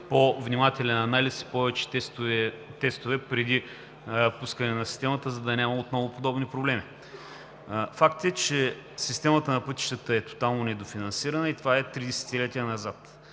по-внимателен анализ и повече тестове преди пускане на системата, за да няма отново подобни проблеми. Факт е, че системата на пътищата е тотално недофинансирана и това е три десетилетия назад.